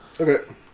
Okay